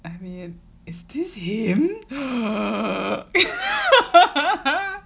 I mean is this him